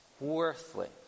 worthless